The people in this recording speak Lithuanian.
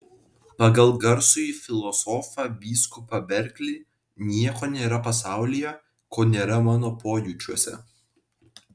pagal garsųjį filosofą vyskupą berklį nieko nėra pasaulyje ko nėra mano pojūčiuose